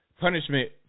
punishment